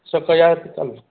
सकाळी आला तर चालेल